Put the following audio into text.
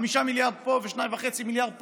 5 מיליארד פה ו-2.5 מיליארד פה,